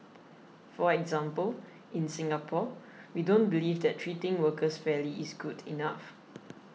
for example in Singapore we don't believe that treating workers fairly is good enough